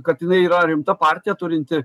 kad jinai yra rimta partija turinti